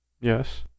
Yes